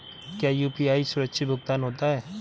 क्या यू.पी.आई सुरक्षित भुगतान होता है?